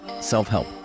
self-help